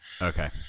Okay